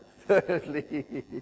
Thirdly